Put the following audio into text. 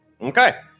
Okay